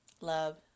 love